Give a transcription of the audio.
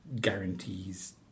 guarantees